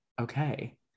Okay